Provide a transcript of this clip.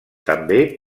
també